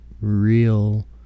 real